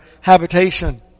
habitation